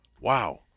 Wow